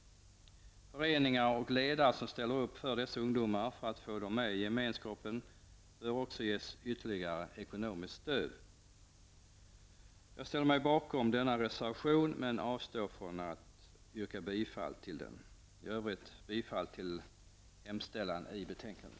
Föreningar och ledare som ställer upp för dessa ungdomar för att få med dem i gemenskapen bör också ges ytterligare ekonomiskt stöd. Jag ställer mig bakom denna reservation, men avstår från att yrka bifall till den. I övrigt yrkar jag bifall till hemställan i betänkandet.